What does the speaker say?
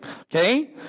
okay